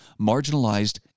marginalized